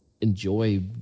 enjoy